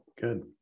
good